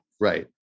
Right